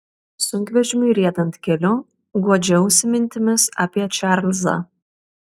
sunkvežimiui riedant keliu guodžiausi mintimis apie čarlzą